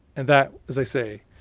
and that, as i say,